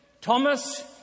Thomas